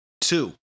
Two